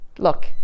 Look